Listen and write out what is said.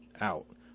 out